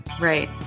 right